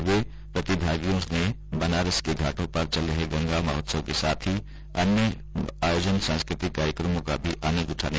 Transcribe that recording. सम्मेलन के प्रतिभागियों ने बनारस के घाटों पर चल रहे गंगा महोत्सव के साथ ही अन्य स्थानों पर आयोजित सांस्कृतिक कार्यक्रमों का भी आनंद उठाया